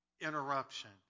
interruption